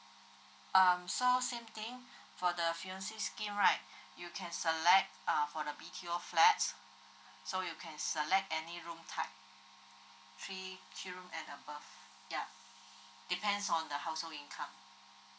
um so same thing for the fiance scheme right you can select err for the B_T_O flat so you can select any room type three three room and above yup depends on the household income